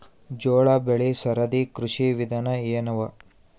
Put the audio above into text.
ಜೋಳ ಬೆಳಿ ಸರದಿ ಕೃಷಿ ವಿಧಾನ ಎನವ?